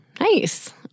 nice